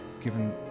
given